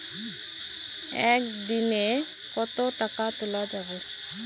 একদিন এ কতো টাকা তুলা যাবে?